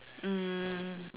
um